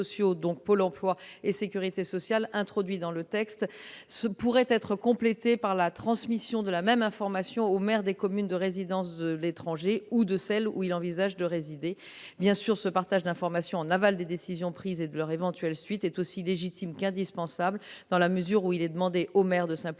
– Pôle emploi et la sécurité sociale – pourrait être complété par la transmission de la même information au maire de la commune de résidence de l’étranger, ou de celle où il envisage de résider. Ce partage d’informations, en aval des décisions prises et de leurs éventuelles suites, est aussi légitime qu’indispensable, dans la mesure où il est demandé aux maires de s’impliquer